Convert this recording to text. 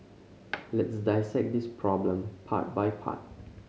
let's dissect this problem part by part